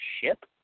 ship